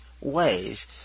ways